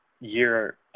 year